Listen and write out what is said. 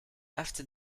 after